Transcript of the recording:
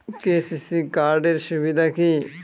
KCC card এর সুবিধা কি?